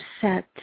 set